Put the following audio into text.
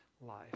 life